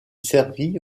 servi